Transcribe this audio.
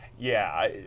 yeah,